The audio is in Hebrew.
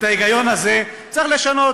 את ההיגיון הזה צריך לשנות.